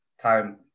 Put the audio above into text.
time